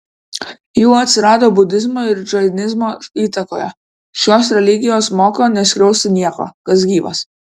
jų atsirado budizmo ir džainizmo įtakoje šios religijos moko neskriausti nieko kas gyvas